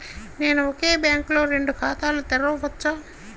నేను ఒకే బ్యాంకులో రెండు ఖాతాలు తెరవవచ్చా?